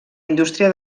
indústria